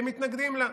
הם מתנגדים לה.